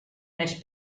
més